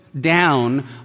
down